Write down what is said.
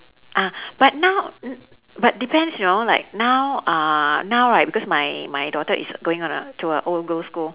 uh but now n~ but depends you know like now uh now right because my my daughter is going on a to a all girls' school